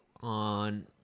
on